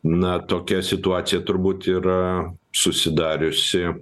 na tokia situacija turbūt yra susidariusi